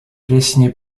pieśni